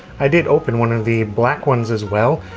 i did open one of the black ones as well.